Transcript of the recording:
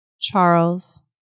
Charles